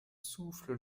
souffle